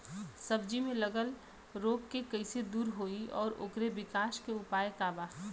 सब्जी में लगल रोग के कइसे दूर होयी और ओकरे विकास के उपाय का बा?